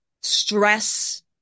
stress